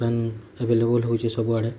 ପାନ available ହଉଛି ସବୁ ଆଡ଼େ